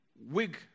wig